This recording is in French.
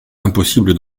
impossible